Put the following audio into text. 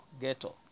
Ghetto